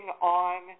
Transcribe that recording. on